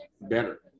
better